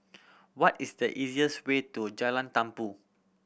what is the easiest way to Jalan Tumpu